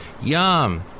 Yum